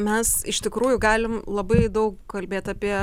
mes iš tikrųjų galim labai daug kalbėt apie